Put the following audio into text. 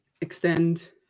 extend